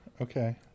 okay